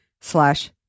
slash